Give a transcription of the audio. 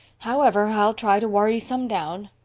however, i'll try to worry some down.